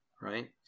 right